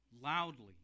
loudly